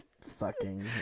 sucking